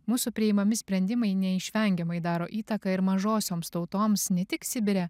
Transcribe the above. mūsų priimami sprendimai neišvengiamai daro įtaką ir mažosioms tautoms ne tik sibire